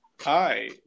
Hi